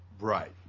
Right